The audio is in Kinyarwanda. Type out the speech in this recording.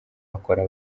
hakora